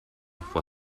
for